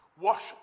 Wash